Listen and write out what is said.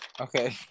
Okay